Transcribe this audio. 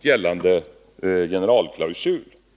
gällande generalklausul.